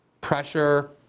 pressure